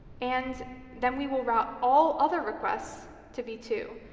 and then we will route all other requests to v two.